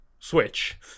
Switch